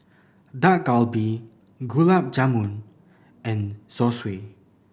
Dak Galbi Gulab Jamun and Zosui